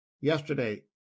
yesterday